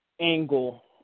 angle